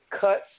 cuts